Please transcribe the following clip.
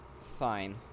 Fine